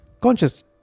conscious